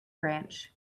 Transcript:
branch